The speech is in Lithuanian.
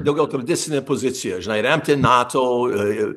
daugiau tradicinė pozicija žinai remti nato ir ir